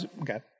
Okay